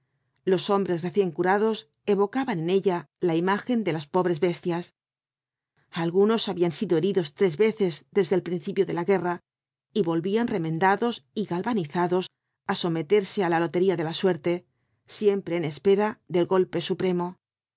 los hombres recién curados evocaban en ella la imagen de las pobres bestias algunos habían sido heridos tres veces desde el principio de la guerra y volvían remendados y galvanizados á someterse á la lotería de la suerte siempre en espera del golpe supremo